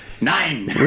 nine